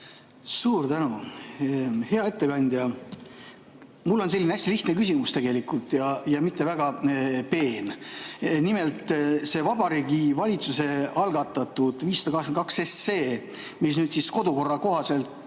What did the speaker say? Suur tänu! Hea ettekandja! Mul on selline hästi lihtne küsimus ja mitte väga peen. Nimelt, see Vabariigi Valitsuse algatatud 582 SE, mis nüüd kodukorra kohaselt